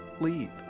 leave